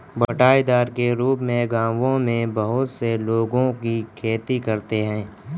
बँटाईदार के रूप में गाँवों में बहुत से लोगों की खेती करते हैं